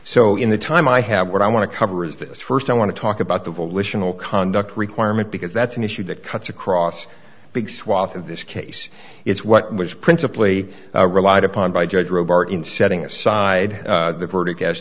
so in the time i have what i want to cover is this first i want to talk about the volitional conduct requirement because that's an issue that cuts across big swath of this case it's what was principally relied upon by judge rober in setting aside the verdict